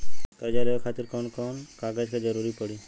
कर्जा लेवे खातिर कौन कौन कागज के जरूरी पड़ी?